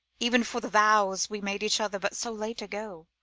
even for the vows we made each other but so late ago.